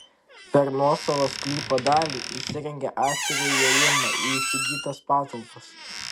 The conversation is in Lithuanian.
per nuosavą sklypo dalį įsirengė atskirą įėjimą į įsigytas patalpas